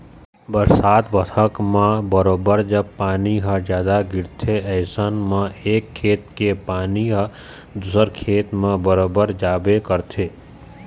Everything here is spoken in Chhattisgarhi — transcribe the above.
बरसात बखत म बरोबर जब पानी ह जादा गिरथे अइसन म एक खेत के पानी ह दूसर खेत म बरोबर जाबे करथे